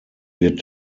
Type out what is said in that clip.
wird